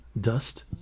Dust